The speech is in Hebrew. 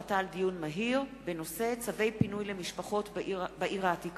קיבלתי הרבה תלונות ממשפחות האסירים